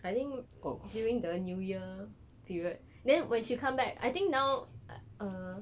I think during the new year period then when she come back I think now I uh